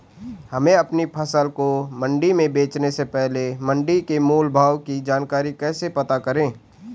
हमें अपनी फसल को मंडी में बेचने से पहले मंडी के मोल भाव की जानकारी कैसे पता करें?